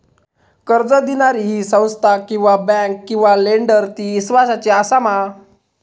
कर्ज दिणारी ही संस्था किवा बँक किवा लेंडर ती इस्वासाची आसा मा?